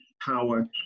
power